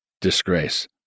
disgrace